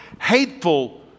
hateful